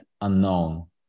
unknown